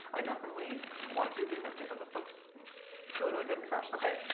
i definitely want to keep doing this, because this looks really, really good and fresh. okay,